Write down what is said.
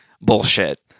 bullshit